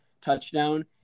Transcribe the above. touchdown